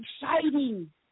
exciting